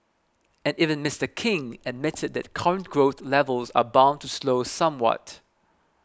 and even Mister King admitted that current growth levels are bound to slow somewhat